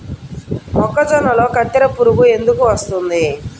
మొక్కజొన్నలో కత్తెర పురుగు ఎందుకు వస్తుంది?